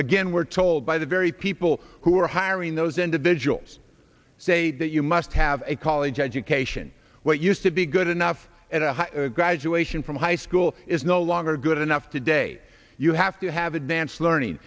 again we're told by the very people who are hiring those individuals say that you must have a college education what used to be good enough at a high graduation from high school is no longer good enough today you have to have advanced learning